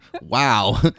Wow